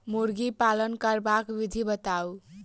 मुर्गी पालन करबाक विधि बताऊ?